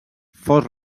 fos